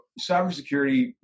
cybersecurity